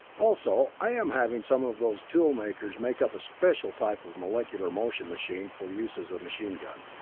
also, i am having some of those tool-makers make up a special type of molecular motion machine for use as a machine gun.